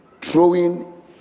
throwing